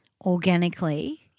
organically